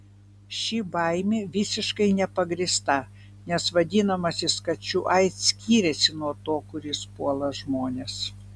ši baimė visiškai nepagrįsta nes vadinamasis kačių aids skiriasi nuo to kuris puola žmones